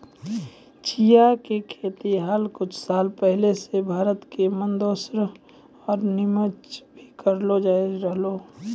चिया के खेती हाल कुछ साल पहले सॅ भारत के मंदसौर आरो निमच मॅ भी करलो जाय रहलो छै